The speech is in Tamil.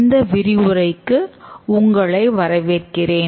இந்த விரிவுரைக்கு உங்களை வரவேற்கிறேன்